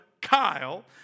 Kyle